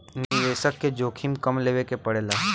निवेसक के जोखिम कम लेवे के पड़ेला